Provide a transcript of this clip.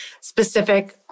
specific